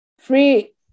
free